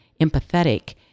empathetic